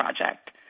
project